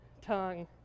tongue